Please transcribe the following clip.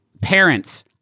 parents